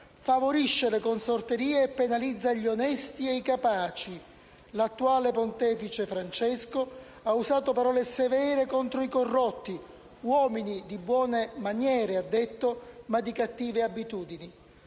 Favorisce le consorterie e penalizza gli onesti e i capaci. L'attuale Pontefice, Francesco, (...) ha usato parole severe contro i corrotti: "Uomini di buone maniere, ma di cattive abitudini"».